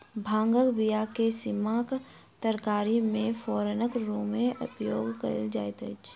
भांगक बीया के सीमक तरकारी मे फोरनक रूमे उपयोग कयल जाइत अछि